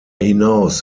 hinaus